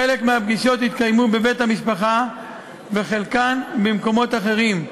חלק מהפגישות התקיימו בבית-המשפט וחלקן במקומות אחרים,